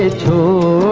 ah to